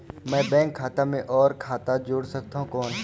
मैं बैंक खाता मे और खाता जोड़ सकथव कौन?